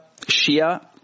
Shia